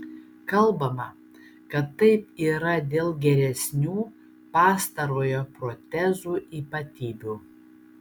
kalbama kad taip yra dėl geresnių pastarojo protezų ypatybių